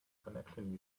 connection